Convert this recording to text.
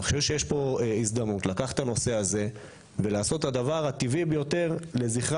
יש פה הזדמנות לקחת את הנושא הזה ולעשות את הדבר הטבעי ביותר לזכרה